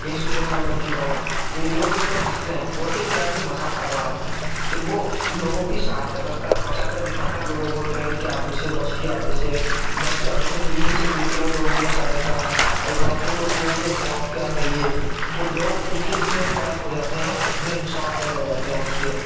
ایک superman بن چکا ہوں پھر لوگ اس پر ہسنتے ہیں بولتے ہیں کیا یہ مذاق کر رہا ہے پھر وہ لوگوں کی سہایتا کرتا ہے بچا کر دکھاتا ہے لوگوں کو ٹرین کے آگے سے بچ کے بس کے آگے سے بس کے آگے سے بلڈنگ کو گرتے ہوئے لوگوں کو بچاتا لیتا ہے کئی بار تو لوگ بولتے ہیں واؤ کیا ہے یہ تو لوگ اس کے اتنے فین ہو جاتے ہیں بےحساب فین ہو جاتے ہیں اس کے